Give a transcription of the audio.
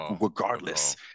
regardless